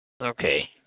okay